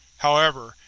however,